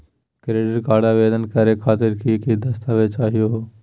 Credit card आवेदन करे खातीर कि क दस्तावेज चाहीयो हो?